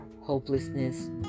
hopelessness